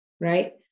right